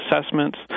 assessments